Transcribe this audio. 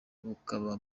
bukaba